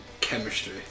chemistry